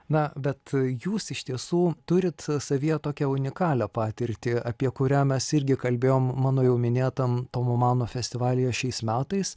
na bet jūs iš tiesų turit savyje tokią unikalią patirtį apie kurią mes irgi kalbėjom mano jau minėtam tomo mano festivalyje šiais metais